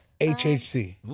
HHC